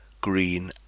green